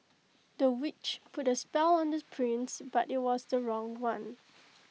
the witch put A spell on the prince but IT was the wrong one